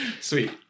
Sweet